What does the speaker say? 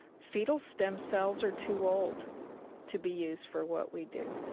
fetal stem cells are too old to be used for what we do.